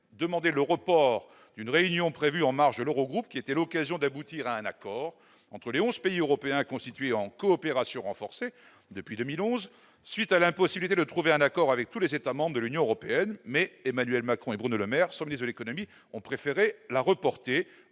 demander le report d'une réunion prévue en marge de l'Eurogroupe, qui était l'occasion d'aboutir à un accord entre les 11 pays européens constituer en coopération renforcée depuis 2011 suite à l'impossibilité de trouver un accord avec tous les États membres de l'Union européenne, mais Emmanuel Macron et Bruno Le Maire sur les économies ont préféré la reporter,